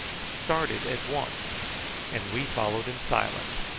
started at once and we followed in silence,